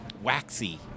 waxy